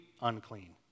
unclean